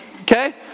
Okay